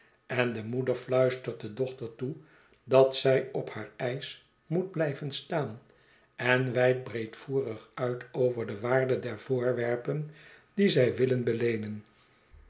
en de moeder fluistert de dochter toe dat zij op haar eisch moet blijven staan en weidt breedvoerig uit over de wa arde der voorwerpen die zij willen beleenen